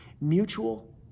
mutual